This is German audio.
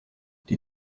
die